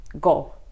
go